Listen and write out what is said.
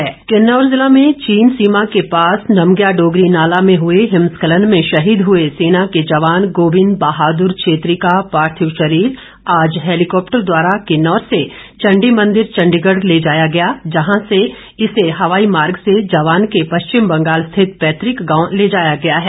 हिमस्खलन किन्नौर ज़िला में चीन सीमा के पास नमग्या डोगरी नाला में हए हिमस्खलन में शहीद हए सेना के जवान गोविंद बहादुर छेत्री का पार्थिव शरीर आज हैलीकॉप्टर द्वारा किन्नौर से चंडी मंदिर चंडीगढ़ ले जाया गया जहां से इसे हवाई मार्ग से जवान के पश्चिम बंगाल स्थित पैतृक गांव ले जाया गया है